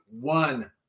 one